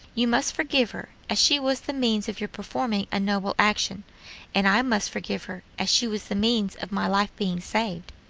you must forgive her, as she was the means of your performing a noble action and i must forgive her, as she was the means of my life being saved.